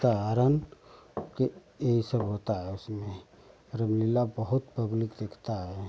सीता हरण के यही सब होता है इसमें रामलीला बहुत पब्लिक देखता है